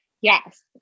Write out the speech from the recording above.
Yes